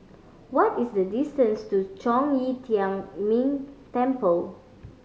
what is the distance to Zhong Yi Tian Ming Temple